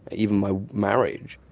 even my marriage.